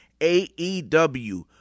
AEW